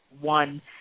one